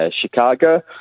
Chicago